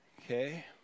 Okay